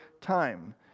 time